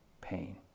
pain